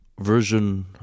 version